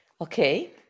Okay